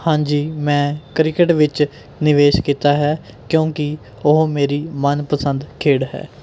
ਹਾਂਜੀ ਮੈਂ ਕ੍ਰਿਕਟ ਵਿੱਚ ਨਿਵੇਸ਼ ਕੀਤਾ ਹੈ ਕਿਉਂਕਿ ਉਹ ਮੇਰੀ ਮਨਪਸੰਦ ਖੇਡ ਹੈ